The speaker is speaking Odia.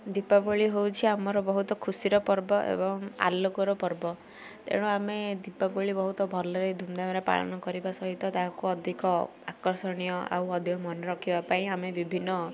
ଦୀପାବଳି ହେଉଛି ଆମର ବହୁତ ଖୁସିର ପର୍ବ ଏବଂ ଆଲୋକର ପର୍ବ ତେଣୁ ଆମେ ଦୀପାବଳି ବହୁତ ଭଲରେ ଧୁମଧାମରେ ପାଳନ କରିବା ସହିତ ତାହାକୁ ଅଧିକ ଆକର୍ଷଣୀୟ ଆଉ ଅଧିକ ମନେ ରଖିବା ପାଇଁ ଆମେ ବିଭିନ୍ନ